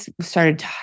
started